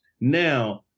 Now